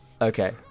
Okay